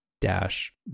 dash